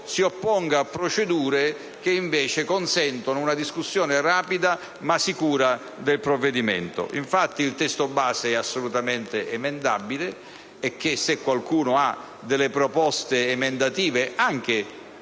si opponga a procedure che invece consentono una discussione rapida e sicura del provvedimento. Il testo base, infatti, è assolutamente emendabile. Se qualcuno ha dalle proposte emendative, anche